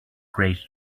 great